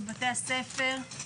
בבתי הספר,